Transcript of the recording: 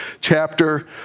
chapter